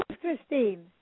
Christine